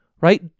Right